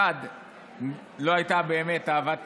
1. לא הייתה באמת אהבת העם,